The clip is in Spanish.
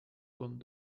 con